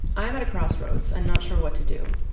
i am at a crossroads and not sure what to do.